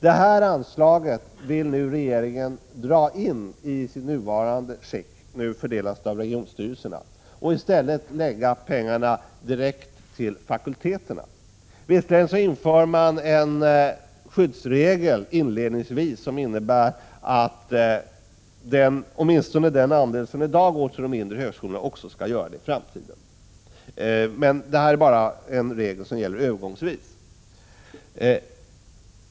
Detta anslag vill nu regeringen dra ini sitt nuvarande skick — nu fördelas anslaget av regionstyrelserna — och i stället lägga pengarna direkt på fakulteterna. Visserligen inför man en skyddsregel som innebär att åtminstone den andel som i dag går till de mindre högskolorna också skall gå dit i framtiden men den regeln gäller bara övergångsvis.